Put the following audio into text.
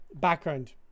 background